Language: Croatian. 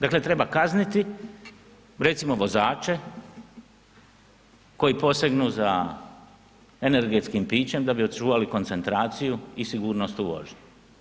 Dakle treba kazniti recimo vozače koji posegnu za energetskim pićem da bi očuvali koncentraciju i sigurnost u vožnji.